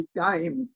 time